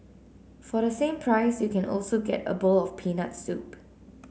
for the same price you can also get a bowl of peanut soup